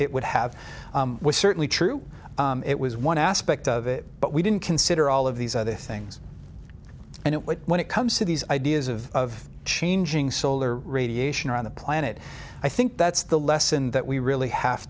it would have was certainly true it was one aspect of it but we didn't consider all of these other things and when it comes to these ideas of changing solar radiation around the planet i think that's the lesson that we really have